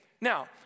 Now